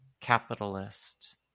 capitalist